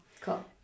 Cool